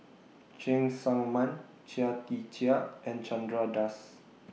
Cheng Tsang Man Chia Tee Chiak and Chandra Das